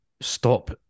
stop